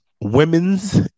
women's